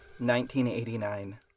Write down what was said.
1989